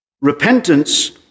Repentance